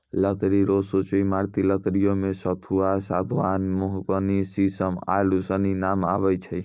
लकड़ी रो सूची ईमारती लकड़ियो मे सखूआ, सागमान, मोहगनी, सिसम आरू सनी नाम आबै छै